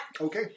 Okay